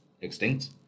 extinct